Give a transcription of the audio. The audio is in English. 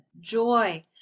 joy